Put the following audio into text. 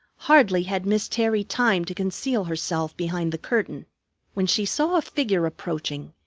hardly had miss terry time to conceal herself behind the curtain when she saw a figure approaching,